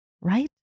right